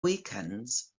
weekends